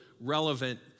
relevant